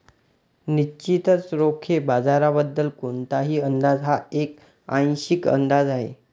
निश्चितच रोखे बाजाराबद्दल कोणताही अंदाज हा एक आंशिक अंदाज आहे